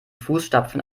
fußstapfen